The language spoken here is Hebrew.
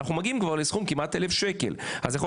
אנחנו מגיעים כבר לסכום כמעט 1,000 שקל אז יכול